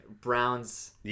Browns